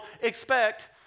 expect